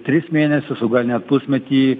tris mėnesius o gal net pusmetį